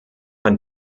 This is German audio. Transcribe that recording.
ein